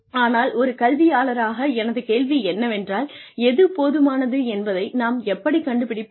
ஆனால் ஒரு கல்வியாளராக எனது கேள்வி என்னவென்றால் எது போதுமானது என்பதை நாம் எப்படிக் கண்டுபிடிப்பது